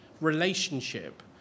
relationship